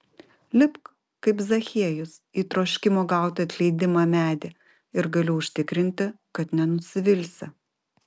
lipk kaip zachiejus į troškimo gauti atleidimą medį ir galiu užtikrinti kad nenusivilsi